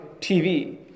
TV